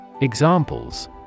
examples